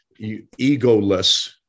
egoless